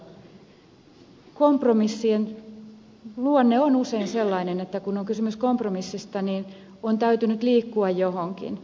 kompromissien luonne on usein sellainen että kun on kysymys kompromissista niin on täytynyt liikkua johonkin